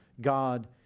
God